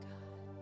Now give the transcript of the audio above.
God